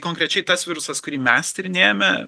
konkrečiai tas virusas kurį mes tyrinėjame